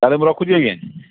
ତା'ହାଲେ ମୁଁ ରଖୁଛି ଆଜ୍ଞା